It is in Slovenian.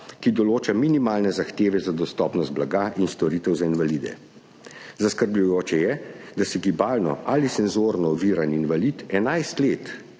ki določa minimalne zahteve za dostopnost blaga in storitev za invalide. Zaskrbljujoče je, da se gibalno ali senzorno oviran invalid 11 let